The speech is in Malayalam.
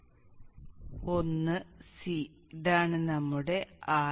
1 C ഇതാണ് നമ്മുടെ Ro